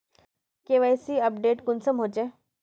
KYC update कुंसम होचे?